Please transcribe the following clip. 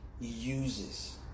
uses